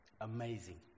Amazing